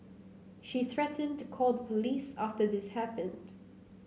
she threatened to call the police after this happened